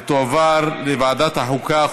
ותועבר לוועדת החוקה,